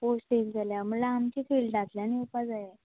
post येले जाल्यार म्हणल्यार आमकां फुडल्यांतल्यान येवपा जाय